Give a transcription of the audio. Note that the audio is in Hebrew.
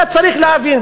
זה צריך להבין,